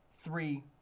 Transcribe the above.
three